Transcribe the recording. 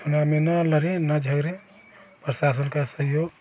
अपना बिना लड़े ना झगड़े प्रशासन का सहयोग